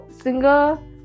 single